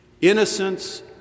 Innocence